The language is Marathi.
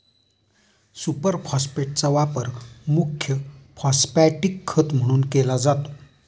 सुपर फॉस्फेटचा वापर मुख्य फॉस्फॅटिक खत म्हणून केला जातो